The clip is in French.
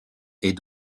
est